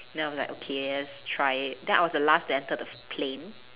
then I'm like okay let's try it then I was the last to enter the plane